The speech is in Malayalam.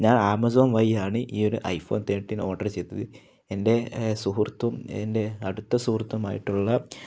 ഞാൻ ആമസോൺ വഴിയാണ് ഈ ഒരു ഐ ഫോൺ തേർട്ടീൻ ഓർഡർ ചെയ്തത് എൻ്റെ സുഹൃത്തും എൻ്റെ അടുത്ത സുഹൃത്തുമായിട്ടുള്ള